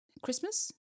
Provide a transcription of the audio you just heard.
Christmas